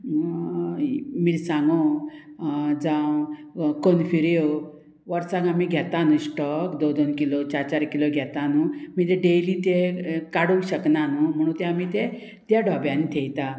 मिरसांगो जावं कोथमिऱ्यो वर्सांक आमी घेता न्हू स्टोक दोन दोन किलो चार चार किलो घेता न्हू मागीर ते डेयली ते काडूंक शकना न्हू म्हणून ते आमी ते त्या डोब्यान थेयता